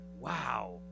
Wow